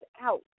out